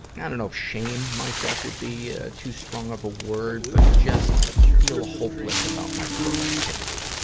i don't know if shame myself would be, ah, too strong of a word. but just feel hopeless about my productivity.